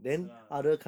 是啦